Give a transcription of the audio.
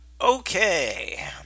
okay